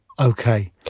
Okay